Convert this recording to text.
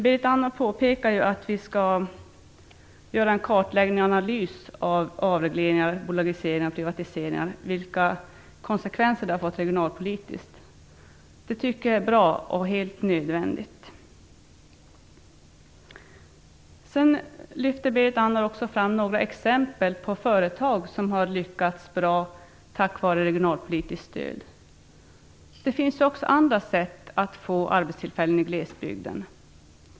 Berit Andnor påpekade att vi skall göra en kartläggning och analys av avregleringar, bolagiseringar och privatiseringar och vilka konsekvenser de har fått regionalpolitiskt. Det tycker jag är bra och helt nödvändigt. Berit Andnor lyfte också fram några exempel på företag som har lyckats bra tack vare regionalpolitiskt stöd. Det finns även andra sätt att skapa arbetstillfällen i glesbygd.